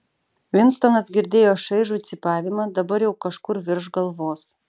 vinstonas girdėjo šaižų cypavimą dabar jau kažkur virš galvos